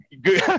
Good